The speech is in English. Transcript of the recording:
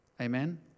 Amen